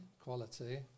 quality